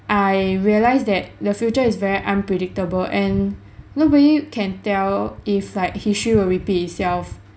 I realised that the future is very unpredictable and nobody can tell if like history will repeat itself